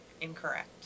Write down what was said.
Incorrect